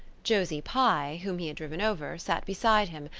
josie pye, whom he had driven over, sat beside him,